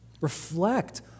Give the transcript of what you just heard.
Reflect